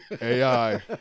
AI